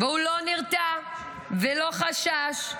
והוא לא נרתע ולא חשש,